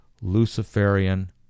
luciferian